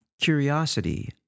curiosity